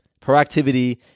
Proactivity